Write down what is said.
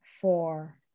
four